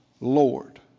Lord